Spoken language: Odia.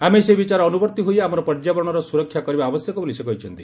ଆମେ ସେହି ବିଚାରର ଅନୁବର୍ତ୍ତୀ ହୋଇ ଆମର ପର୍ଯ୍ୟାବରଣର ସୁରକ୍ଷା କରିବା ଆବଶ୍ୟକ ବୋଲି ସେ କହିଛନ୍ତି